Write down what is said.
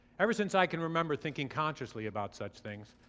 ever since i can remember thinking consciously about such things,